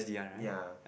ya